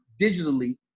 digitally